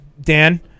dan